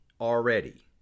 already